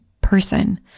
person